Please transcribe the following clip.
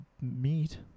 meat